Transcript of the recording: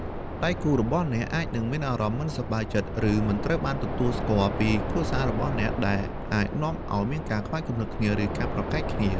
ដៃគូរបស់អ្នកអាចនឹងមានអារម្មណ៍មិនសប្បាយចិត្ត ឬមិនត្រូវបានទទួលស្គាល់ពីគ្រួសាររបស់អ្នក ដែលអាចនាំឲ្យមានការខ្វែងគំនិតគ្នា ឬការប្រកែកគ្នា។